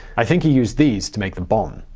i think he used these to make the bomb.